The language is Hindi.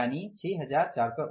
6480